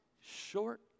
short